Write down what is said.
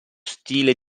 stile